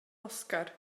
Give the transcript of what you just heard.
oscar